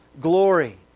glory